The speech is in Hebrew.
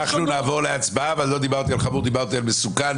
לא דיברתי על חמור, דיברתי על מסוכן.